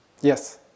Yes